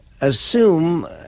assume